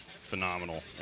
phenomenal